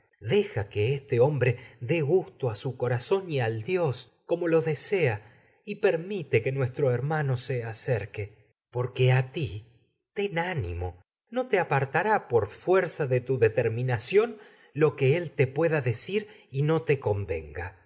deja que este hombre dé gusto zón cora y al dios como lo desea se y permite que nuestro her no mano acerque porque tu a ti ten ánimo te aparta rá por fuerza no de determinación lo que él sus te pueda decir y te convenga